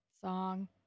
song